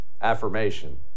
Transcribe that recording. Affirmation